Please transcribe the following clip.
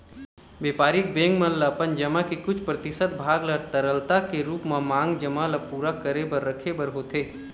बेपारिक बेंक मन ल अपन जमा के कुछ परतिसत भाग ल तरलता के रुप म मांग जमा ल पुरा करे बर रखे बर होथे